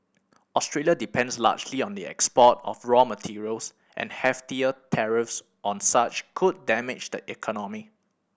Australia depends largely on the export of raw materials and heftier tariffs on such could damage the economy